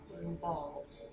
involved